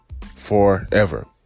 forever